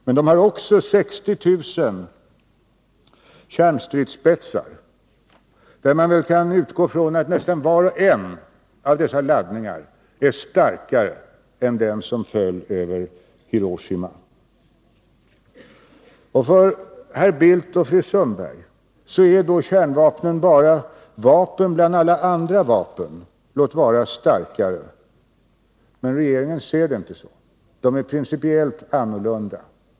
Men de har också 60 000 kärnstridsspetsar, och man kan väl utgå från att nästan var och en av dessa laddningar är starkare än den som föll över Hiroshima. För herr Bildt och fru Sundberg är kärnvapnen bara vapen bland alla andra vapen —låt vara starkare sådana — men regeringen ser inte saken på det sättet. De är principiellt annorlunda.